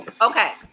Okay